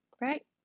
right